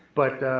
but